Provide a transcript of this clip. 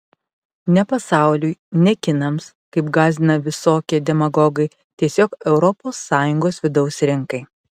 ne pasauliui ne kinams kaip gąsdina visokie demagogai tiesiog europos sąjungos vidaus rinkai